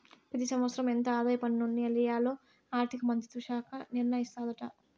పెతి సంవత్సరం ఎంత ఆదాయ పన్నుల్ని ఎయ్యాల్లో ఆర్థిక మంత్రిత్వ శాఖ నిర్ణయిస్తాదాట